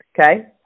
okay